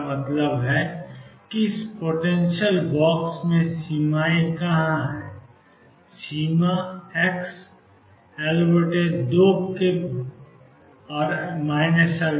इसका मतलब है इस पोटेंशियल बॉक्स में सीमाएं कहां हैं सीमाएँ xL2 या L2 पर हैं